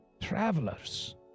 travelers